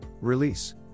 Release